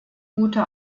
gute